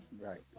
right